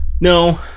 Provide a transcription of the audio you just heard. No